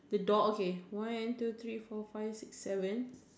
the door okay one two three four five six seven